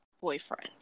boyfriend